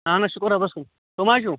اَہَن حظ شُکر رۅبَس کُن کٕم حظ چھِو